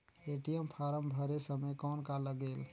ATM form भरे समय कौन का लगेल?